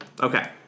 Okay